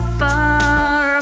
far